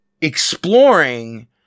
exploring